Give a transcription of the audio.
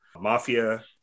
mafia